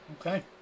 Okay